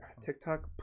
TikTok